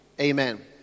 Amen